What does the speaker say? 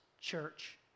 church